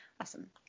Awesome